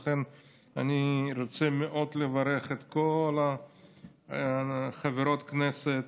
לכן אני רוצה מאוד לברך את כל חברות הכנסת,